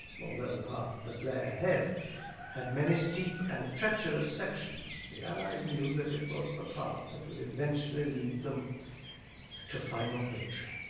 the the path that lay ahead had many steep and treacherous sections, the allies knew that it was the path that would eventually lead them to final victory.